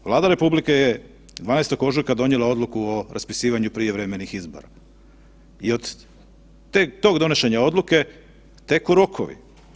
Vlada RH je 12. ožujka donijela odluku o raspisivanju prijevremenih izbora i od tog donošenja odluke teku rokovi.